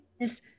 Yes